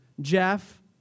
Jeff